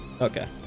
Okay